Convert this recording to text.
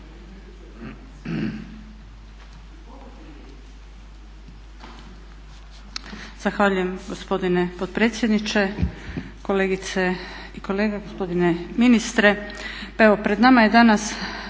Zahvaljujem gospodine potpredsjedniče. Kolegice i kolege, gospodine ministre.